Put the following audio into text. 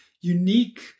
unique